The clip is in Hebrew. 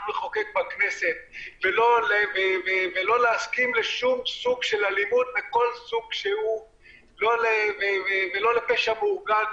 נחוקק בכנסת ולא להסכים לשום סוג של אלימות מכל סוג שהוא ולא לפשע מאורגן.